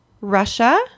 Russia